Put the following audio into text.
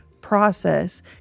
process